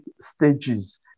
stages